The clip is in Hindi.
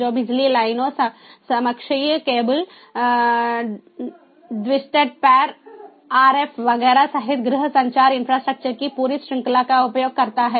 जो बिजली लाइनों समाक्षीय केबलट्विस्टेड पैर आरएफ वगैरह सहित गृह संचार इंफ्रास्ट्रक्चर की पूरी श्रृंखला का उपयोग करता है